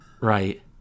Right